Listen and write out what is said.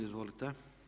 Izvolite.